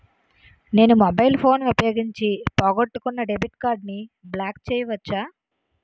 నేను mobile phone ఉపయోగించి పోగొట్టుకున్న డెబిట్ కార్డ్ని బ్లాక్ చేయవచ్చా?